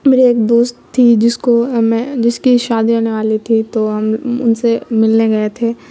میری ایک دوست تھی جس کو ہمیں جس کی شادی آنے والی تھی تو ہم ان سے ملنے گئے تھے